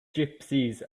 gypsies